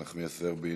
נחמיאס ורבין,